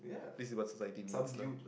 this is about society needs lah